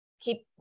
keep